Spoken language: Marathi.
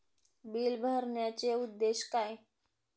बिल भरण्याचे उद्देश काय?